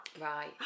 Right